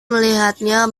melihatnya